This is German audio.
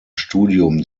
studium